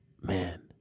Man